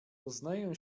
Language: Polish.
poznają